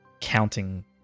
counting